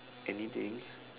anything